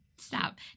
Stop